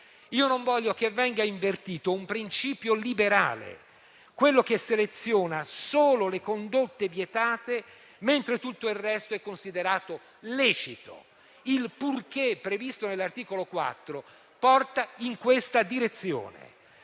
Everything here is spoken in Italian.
Io non voglio che venga invertito un principio liberale, quello che seleziona solo le condotte vietate, mentre tutto il resto è considerato lecito. Il «purché» previsto nell'articolo 4 porta in questa direzione.